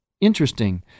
Interesting